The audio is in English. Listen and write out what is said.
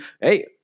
hey